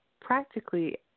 Practically